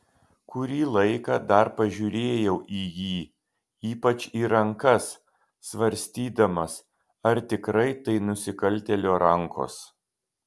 kurį laiką dar pažiūrėjau į jį ypač į rankas svarstydamas ar tikrai tai nusikaltėlio rankos